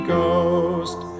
Ghost